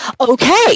Okay